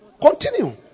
Continue